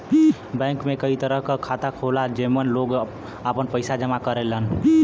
bank में कई तरह क खाता होला जेमन लोग आपन पइसा जमा करेलन